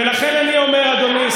ולכן אני אומר,